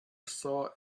saw